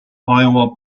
iowa